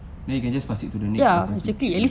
then you can just pass it to the next F_Y_P right